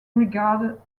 regarded